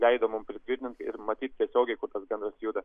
leido mum pritvirtint ir matyt tiesiogiai kur tas gandras juda